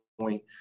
point